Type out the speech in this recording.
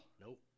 Nope